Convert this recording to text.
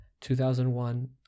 2001